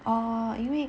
oh 因为